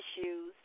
issues